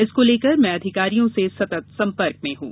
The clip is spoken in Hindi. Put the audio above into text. इसको लेकर मैं अधिकारियों से सतत संपर्क में हूं